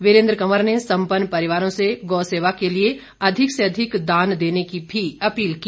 वीरेन्द्र कवर ने संपन्न परिवारों से गौसेवा के लिए अधिक से अधिक दान देने की भी अपील की